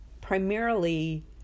Primarily